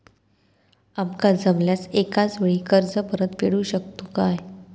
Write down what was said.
आमका जमल्यास एकाच वेळी कर्ज परत फेडू शकतू काय?